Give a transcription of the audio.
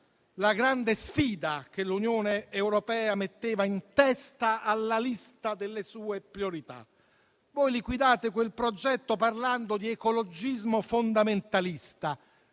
la grande sfida che l'Unione europea metteva in testa alla lista delle sue priorità. Voi liquidate quel progetto parlando di ecologismo fondamentalista,